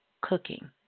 cooking